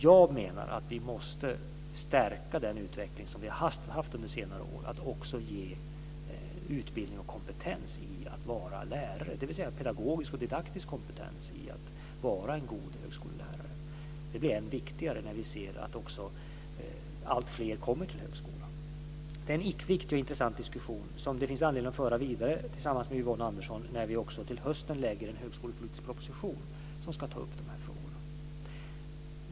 Jag menar att vi måste stärka den utveckling som vi har haft under senare år att också ge utbildning och kompetens i att vara lärare, dvs. en pedagogisk och didaktisk kompetens i att vara en god högskolelärare. Det blir än viktigare när vi ser att också alltfler kommer till högskolan. Detta är en viktig och intressant diskussion, som det finns anledning att föra vidare, tillsammans med Yvonne Andersson, när vi till hösten lägger fram en högskolepolitisk proposition som ska ta upp frågorna.